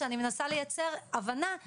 שאני מנסה לייצר הבנה,